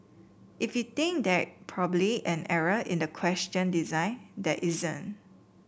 if you think there probably an error in the question design there isn't